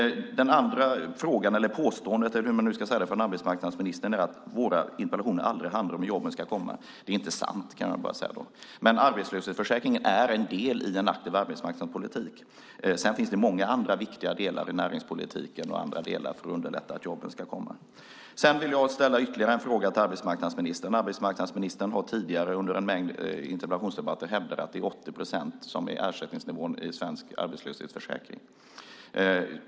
Den andra frågan, eller påståendet, från arbetsmarknadsministern är att våra interpellationer aldrig handlar om hur jobben ska komma. Det är inte sant, kan jag bara säga. Arbetslöshetsförsäkringen är en del i en aktiv arbetsmarknadspolitik. Sedan finns det många andra viktiga delar i näringspolitiken och på annat håll för att underlätta att jobben ska komma. Sedan vill jag ställa ytterligare en fråga till arbetsmarknadsministern. Arbetsmarknadsministern har tidigare under en mängd interpellationsdebatter hävdat att det är 80 procent som är ersättningsnivån i svensk arbetslöshetsförsäkring.